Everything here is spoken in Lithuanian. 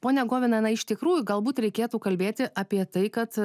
ponia govinana na iš tikrųjų galbūt reikėtų kalbėti apie tai kad